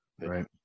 Right